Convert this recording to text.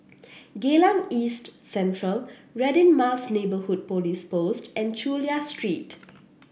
Geylang East Central Radin Mas Neighbourhood Police Post and Chulia Street